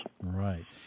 Right